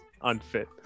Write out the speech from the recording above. unfit